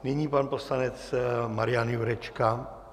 Nyní pan poslanec Marian Jurečka...